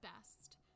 best